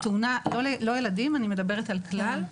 אני מדברת על כלל.